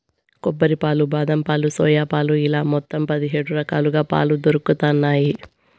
కొబ్బరి పాలు, బాదం పాలు, సోయా పాలు ఇలా మొత్తం పది హేడు రకాలుగా పాలు దొరుకుతన్నాయి